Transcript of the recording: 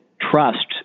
trust